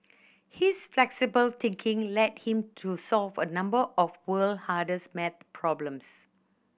his flexible thinking led him to solve a number of the world hardest maths problems